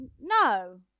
No